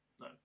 No